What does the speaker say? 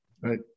right